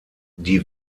die